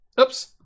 oops